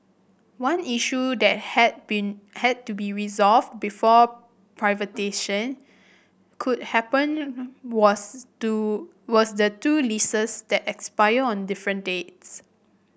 one issue that had been had to be resolved before privatisation could happen was two was the two leases that expire on different dates